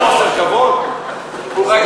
ואת